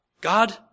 God